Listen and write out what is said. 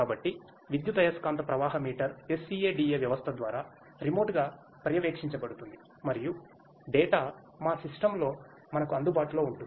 కాబట్టి విద్యుదయస్కాంత ప్రవాహ మీటర్ SCADA వ్యవస్థ ద్వారా రిమోట్గా పర్యవేక్షించబడుతుంది మరియు డేటా మాసిస్టమ్లోమనకు అందుబాటులో ఉంటుంది